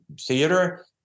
theater